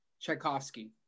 tchaikovsky